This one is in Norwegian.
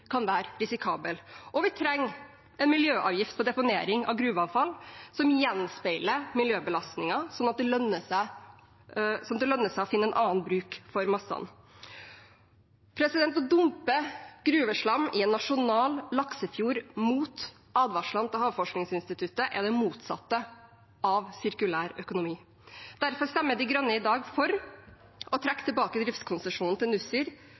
kan være risikable. Og vi trenger en miljøavgift på deponering av gruveavfall som gjenspeiler miljøbelastningen, sånn at det lønner seg å finne en annen bruk for massene. Å dumpe gruveslam i en nasjonal laksefjord – mot advarslene fra Havforskningsinstituttet – er det motsatte av sirkulær økonomi. Derfor stemmer De Grønne i dag for å trekke tilbake driftskonsesjonen til Nussir